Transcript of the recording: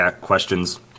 questions